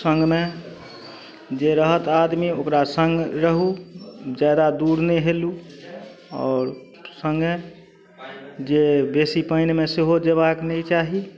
संगे जे रहत आदमी ओकरा सङ्ग रहू जादा दूर नहि हेलू आओर सङ्गे जे बेसी पानिमे सेहो जेबाक नहि चाही